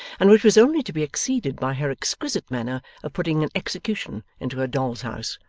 and which was only to be exceeded by her exquisite manner of putting an execution into her doll's house,